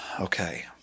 Okay